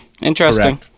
Interesting